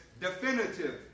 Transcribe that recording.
definitive